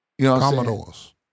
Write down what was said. Commodores